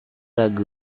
lagu